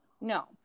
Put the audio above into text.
no